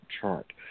chart